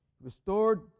restored